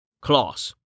Class